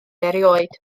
erioed